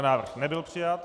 Návrh nebyl přijat.